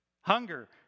hunger